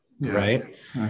Right